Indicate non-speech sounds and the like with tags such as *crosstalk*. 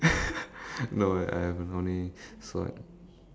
*laughs* no I I haven't only it's like